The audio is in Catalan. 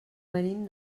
venim